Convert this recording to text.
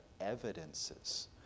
evidences